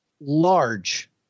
large